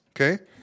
okay